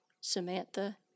samantha